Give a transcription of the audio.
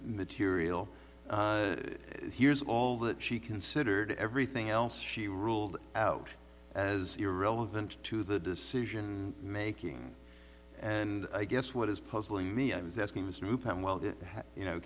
material here's all that she considered everything else she ruled out as irrelevant to the decision making and i guess what is puzzling me i was asking this new plan well you know